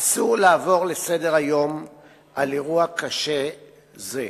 אסור לעבור לסדר-היום על אירוע קשה זה.